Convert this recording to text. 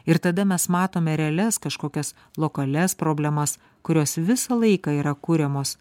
ir tada mes matome realias kažkokias lokalias problemas kurios visą laiką yra kuriamos